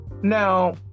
Now